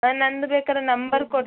ಹಾಂ ನಂದು ಬೇಕಾದ್ರೆ ನಂಬರ್ ಕೊಡಿ